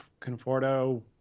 Conforto